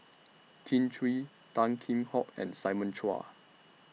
Kin Chui Tan Kheam Hock and Simon Chua